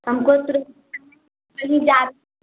हमको सिर्फ पनीर चावल